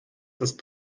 ist